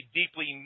deeply